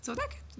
את צודקת.